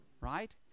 right